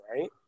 right